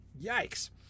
yikes